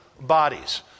bodies